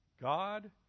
God